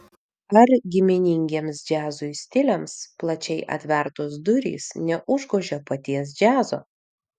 ar giminingiems džiazui stiliams plačiai atvertos durys neužgožia paties džiazo